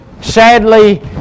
Sadly